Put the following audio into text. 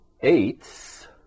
eighths